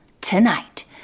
tonight